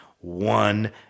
one